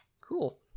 Cool